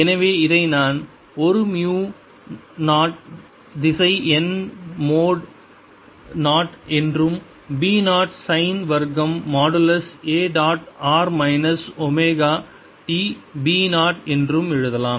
எனவே இதை நான் ஒரு மு 0 திசை n மோட் e 0 என்றும் b 0 சைன் வர்க்கம் modulus a dot r minus omega t b 0 என்றும் எழுதலாம்